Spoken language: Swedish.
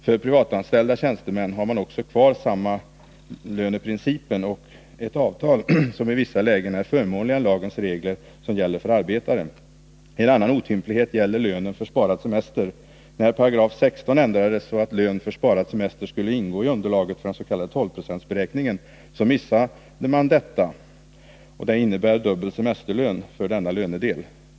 För privatanställda tjänstemän har man också kvar sammalöneprincipen och ett avtal som i vissa lägen är förmånligare än lagens regler, som gäller för arbetare. En annan otymplighet gäller lönen för sparad semester. När 16 § ändrades så att lön för sparad semester skulle ingå i underlaget för den s.k. 12-procentsberäkningen, så missade man att detta innebar dubbel semesterlön för denna lönedel.